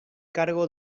cargo